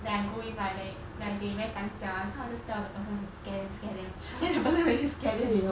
that I go with right like they very 胆小 [one] I would just tell the person to scare scare them then the person really scare them